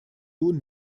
nun